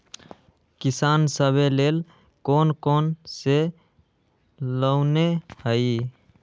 किसान सवे लेल कौन कौन से लोने हई?